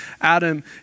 Adam